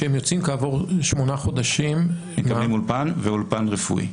שהם יוצאים כעבור שמונה חודשים --- הם כבר עם אולפן ואולפן רפואי,